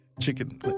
chicken